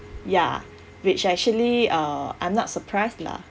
ya which actually uh I'm not surprised lah